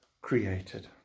created